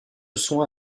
soin